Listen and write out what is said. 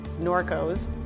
Norcos